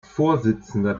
vorsitzender